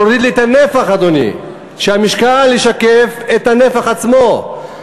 תוריד את הנפח, אדוני, שהמשקל ישקף את הנפח עצמו.